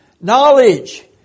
knowledge